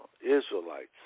Israelites